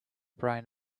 brain